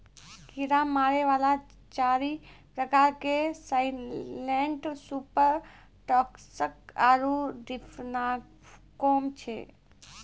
कीड़ा मारै वाला चारि प्रकार के साइलेंट सुपर टॉक्सिक आरु डिफेनाकौम छै